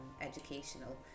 educational